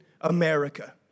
America